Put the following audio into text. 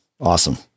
Awesome